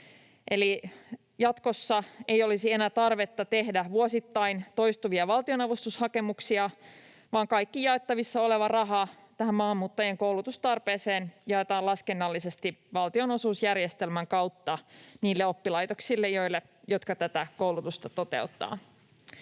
jatkossa ei olisi enää tarvetta tehdä vuosittain toistuvia valtionavustushakemuksia vaan kaikki jaettavissa oleva raha tähän maahanmuuttajien koulutustarpeeseen jaetaan laskennallisesti valtionosuusjärjestelmän kautta niille oppilaitoksille, jotka tätä koulutusta toteuttavat.